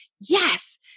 yes